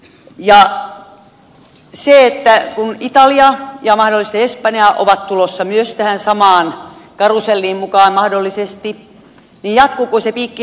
ja kun mahdollisesti italia ja mahdollisesti espanja ovat tulossa myös tähän samaan karuselliin mukaan niin jatkuuko se piikki edelleenkin